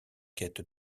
quête